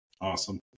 awesome